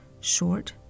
short